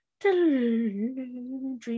dream